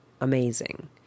amazing